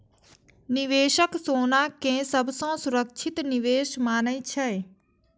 निवेशक सोना कें सबसं सुरक्षित निवेश मानै छै